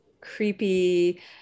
creepy